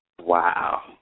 Wow